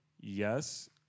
Yes